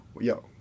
yo